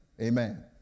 Amen